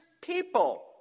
people